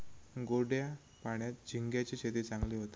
गोड्या पाण्यात झिंग्यांची शेती चांगली होता